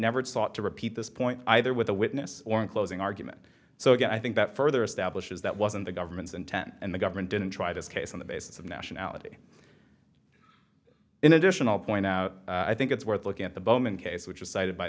never sought to repeat this point either with a witness or a closing argument so i think that further establishes that wasn't the government's intent and the government didn't try this case on the basis of nationality in additional point out i think it's worth looking at the bowman case which was cited by